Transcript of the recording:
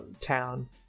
town